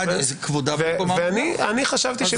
אין בעיה אמיתית גם